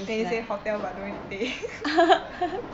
then you say hotel but no need to pay